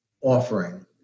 offering